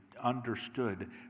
understood